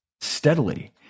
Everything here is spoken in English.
steadily